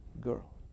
girl